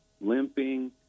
limping